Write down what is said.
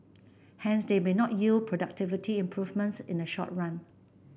hence they may not yield productivity improvements in the short run